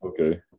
Okay